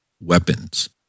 weapons